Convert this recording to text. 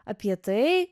apie tai